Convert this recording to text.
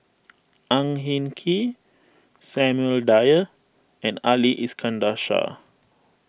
Ang Hin Kee Samuel Dyer and Ali Iskandar Shah